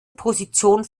position